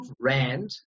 Rand